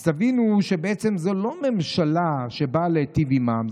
אז תבינו שבעצם זאת לא ממשלה שבאה להיטיב עם העם.